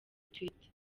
twitter